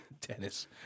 Dennis